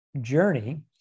journey